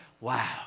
Wow